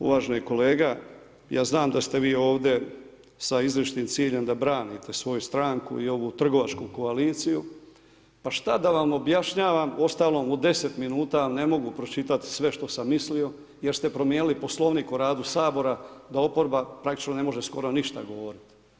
Uvaženi kolega, ja znam da ste vi ovdje sa izričitim ciljem da branite svoju stranku i ovu trgovačku koaliciju, pa šta da vam objašnjavam, uostalom u 10 min vam ne mogu pročitati sve što sam mislio, jer ste promijenili poslovnik o radu Sabora, da oporba praktički ne može skoro ništa govoriti.